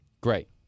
Great